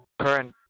current